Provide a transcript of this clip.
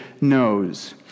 knows